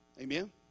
Amen